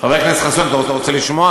חבר הכנסת חסון, האם אתה רוצה לשמוע?